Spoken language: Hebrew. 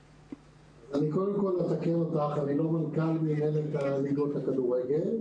קודם אני אתקן אותך: אני לא מנכ"ל מינהלת הליגות לכדורגל,